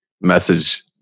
message